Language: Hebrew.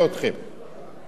אל תשכחו את זה.